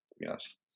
Yes